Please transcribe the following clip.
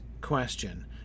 question